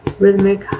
rhythmic